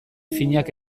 finak